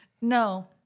No